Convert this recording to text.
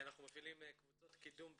אנחנו מפעילים קבוצות קידום בריאות,